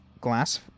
glass